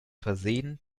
versehen